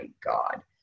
God